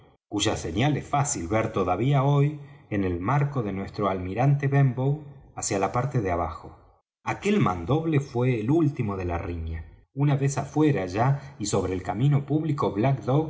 cuya señal es fácil ver todavía hoy en el marco de nuestro almirante benbow hacia la parte de abajo aquel mandoble fué el último de la riña una vez afuera ya y sobre el camino público black